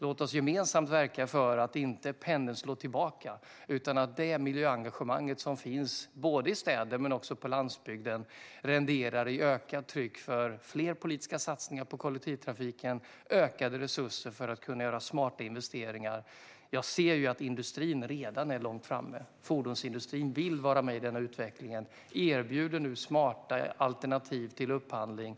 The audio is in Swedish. Låt oss gemensamt verka för att pendeln inte slår tillbaka, utan att det miljöengagemang som finns både i städer och på landsbygd renderar ökat tryck på fler politiska satsningar på kollektivtrafik och ökade resurser för att kunna göra smarta investeringar. Jag ser att fordonsindustrin redan är långt framme. Man vill vara med i denna utveckling och erbjuder smarta alternativ för upphandling.